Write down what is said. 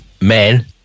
men